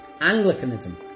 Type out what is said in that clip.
Anglicanism